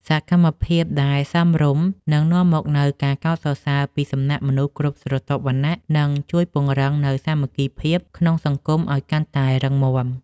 សកម្មភាពដែលសមរម្យនឹងនាំមកនូវការកោតសរសើរពីសំណាក់មនុស្សគ្រប់ស្រទាប់វណ្ណៈ និង ជួយពង្រឹងនូវសាមគ្គីភាពក្នុងសង្គមឱ្យកាន់តែរឹងមាំ។